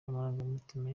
amarangamutima